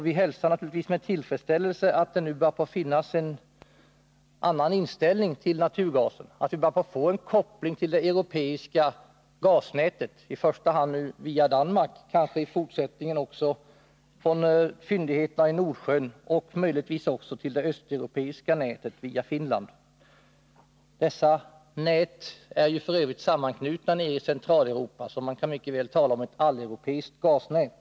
Vi hälsar naturligtvis med tillfredsställelse att en annan inställning till naturgasen börjar vinna insteg: Vi börjar nu få en koppling till det europeiska gasnätet, i första hand via Danmark. I fortsättningen kan vi kanske också få gas från fyndigheterna i Nordsjön och möjligtvis även från det östeuropeiska nätet via Finland. Dessa nät är f. ö. sammanknutna i Centraleuropa, så man kan mycket väl tala om ett alleuropeiskt gasnät.